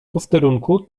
posterunku